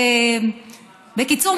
בקיצור,